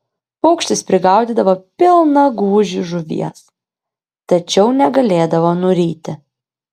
paukštis prigaudydavo pilną gūžį žuvies tačiau negalėdavo nuryti